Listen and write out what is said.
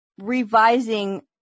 revising